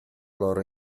loro